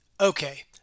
Okay